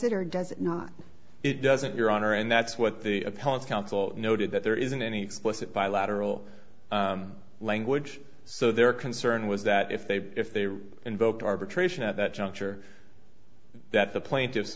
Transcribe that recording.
it or does it not it doesn't your honor and that's what the appellate counsel noted that there isn't any explicit bilateral language so their concern was that if they if they invoked arbitration at that juncture that the plaintiffs